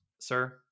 Sir